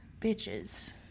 bitches